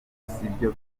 sibyo